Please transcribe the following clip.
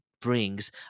brings